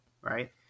right